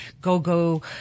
go-go